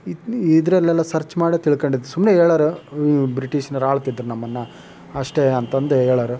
ಇದು ಇದ್ರಲ್ಲೆಲ್ಲ ಸರ್ಚ್ ಮಾಡೇ ತಿಳ್ಕೊಂಡಿದ್ದು ಸುಮ್ಮನೇ ಹೇಳೋರು ಈ ಬ್ರಿಟಿಷರು ಆಳ್ತಿದ್ರು ನಮ್ಮನ್ನು ಅಷ್ಟೇ ಅಂತಂದೇಳೋರು